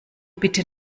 bitte